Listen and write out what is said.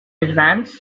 advanced